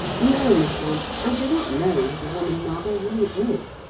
no, miss lorne, i do not know who the woman margot really is.